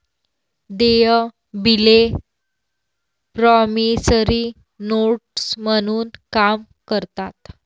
देय बिले promissory notes म्हणून काम करतात